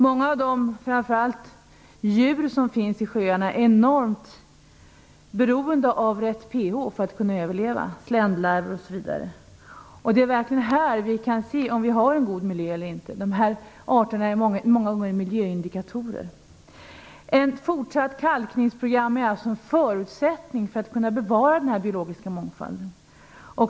Många av de djur som finns i sjöarna, bl.a. sländlarver, är enormt beroende av rätt PH-värde för att kunna överleva. Här kan vi verkligen se om vi har en god miljö eller inte, eftersom dessa arter många gånger fungerar som miljöindikatorer. Ett fortsatt kalkningsprogram är alltså en förutsättning för att vi skall kunna bevara den biologiska mångfalden.